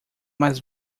mais